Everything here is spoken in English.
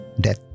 death